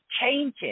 changing